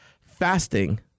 Fasting